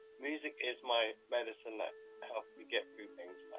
music is my medicine that helped me get through things like,